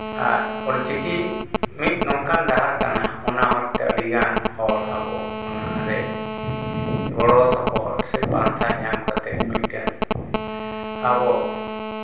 ᱟᱨ ᱚᱞᱪᱤᱠᱤ ᱢᱤᱫ ᱱᱚᱝᱠᱟᱱ ᱰᱟᱦᱟᱨ ᱠᱟᱱᱟ ᱚᱱᱟ ᱦᱚᱨᱛᱮ ᱟᱹᱰᱤᱜᱟᱱ ᱦᱚᱲ ᱟᱵᱚ ᱚᱱᱟᱨᱮ ᱜᱚᱲᱚ ᱥᱚᱯᱚᱦᱚᱫ ᱥᱮ ᱯᱟᱱᱛᱷᱟ ᱧᱟᱢ ᱠᱟᱛᱮᱫ ᱢᱤᱫᱴᱮᱱ ᱟᱵᱚ